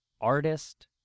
artist